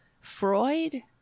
Freud